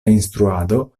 instruado